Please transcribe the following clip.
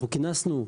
אנחנו כינסנו,